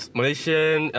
Malaysian